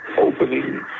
opening